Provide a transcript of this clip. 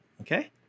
okay